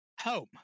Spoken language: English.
home